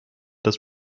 des